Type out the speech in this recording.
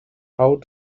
how